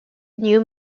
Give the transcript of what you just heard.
new